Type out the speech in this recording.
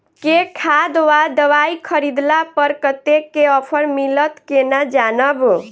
केँ खाद वा दवाई खरीदला पर कतेक केँ ऑफर मिलत केना जानब?